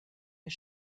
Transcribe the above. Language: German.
der